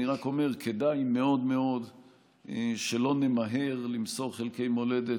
אני רק אומר שכדאי מאוד מאוד שלא נמהר למסור חלקי מולדת,